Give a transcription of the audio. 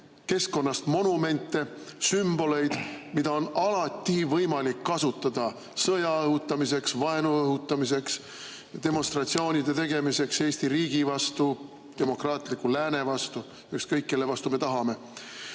keskkonnast monumente, sümboleid, mida on alati võimalik kasutada sõja õhutamiseks, vaenu õhutamiseks, demonstratsioonide tegemiseks Eesti riigi vastu, demokraatliku lääne vastu – ükskõik, kelle vastu me tahame.